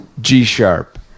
G-sharp